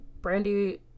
brandy